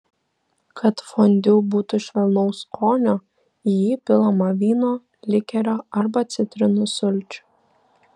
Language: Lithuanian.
kad fondiu būtų švelnaus skonio į jį pilama vyno likerio arba citrinų sulčių